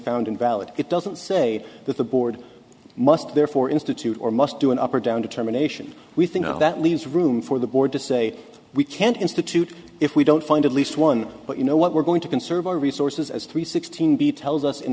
found invalid it doesn't say that the board must therefore institute or must do an up or down determination we think that leaves room for the board to say we can't institute if we don't find at least one but you know what we're going to conserve our resources as three sixteen bt us in